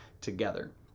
together